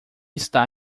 está